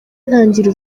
ntangira